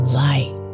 light